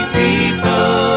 people